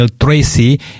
Tracy